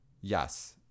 Yes